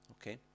okay